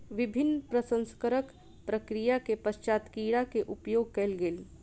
विभिन्न प्रसंस्करणक प्रक्रिया के पश्चात कीड़ा के उपयोग कयल गेल